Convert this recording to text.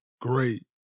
great